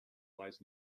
lies